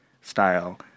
style